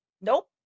Nope